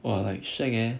!wah! like shag leh